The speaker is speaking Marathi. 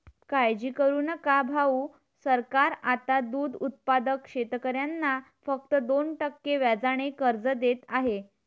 काळजी करू नका भाऊ, सरकार आता दूध उत्पादक शेतकऱ्यांना फक्त दोन टक्के व्याजाने कर्ज देत आहे